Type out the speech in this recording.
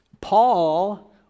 paul